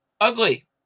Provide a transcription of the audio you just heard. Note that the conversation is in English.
ugly